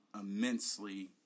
immensely